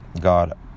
God